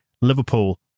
Liverpool